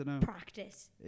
practice